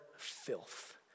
Filth